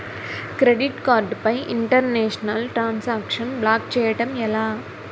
Credit card పై international transaction block చేయటం ఎలా?